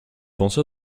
pensé